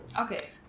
Okay